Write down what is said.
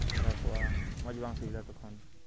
ᱠᱷᱟᱨᱟᱯᱚᱜᱼᱟ ᱢᱚᱸᱡᱽ ᱵᱟᱝ ᱥᱤᱵᱤᱞᱟ ᱛᱚᱠᱷᱚᱱ